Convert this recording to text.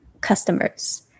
customers